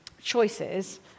choices